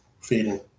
feeding